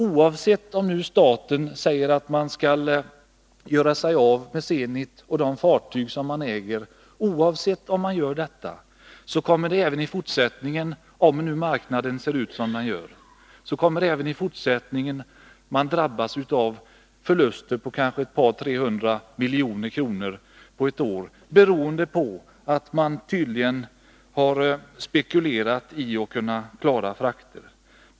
Oavsett om nu staten säger att man skall göra sig av med Zenit och de fartyg som man äger, kommer man även i fortsättningen, om nu marknaden ser ut som den gör, att drabbas av förluster på kanske 200 å 300 milj.kr. på ett år, beroende på att man tydligen har spekulerat i att kunna klara frakter.